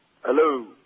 Hello